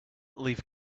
leave